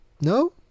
No